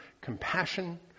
compassion